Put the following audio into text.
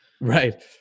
right